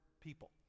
people